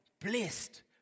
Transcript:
blessed